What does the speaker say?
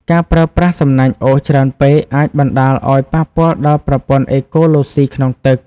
ការប្រើប្រាស់សំណាញ់អូសច្រើនពេកអាចបណ្ដាលឲ្យប៉ះពាល់ដល់ប្រព័ន្ធអេកូឡូស៊ីក្នុងទឹក។